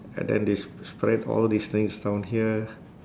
and then they sp~ spread all these things down here